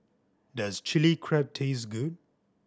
does Chili Crab taste good